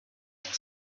had